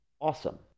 awesome